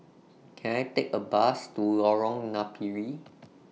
Can I Take A Bus to Lorong Napiri